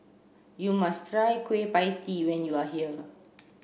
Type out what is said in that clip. you must try Kueh pie tee when you are here